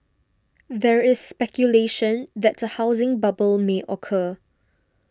there is speculation that a housing bubble may occur